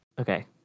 Okay